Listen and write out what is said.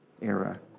era